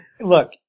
look